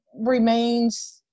remains